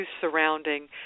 surrounding